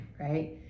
right